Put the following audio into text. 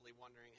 wondering